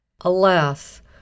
Alas